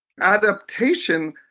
Adaptation